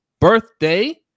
birthday